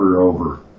over